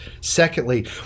Secondly